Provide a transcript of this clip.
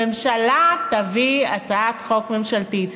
הממשלה תביא הצעת חוק ממשלתית.